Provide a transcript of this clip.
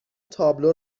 تابلو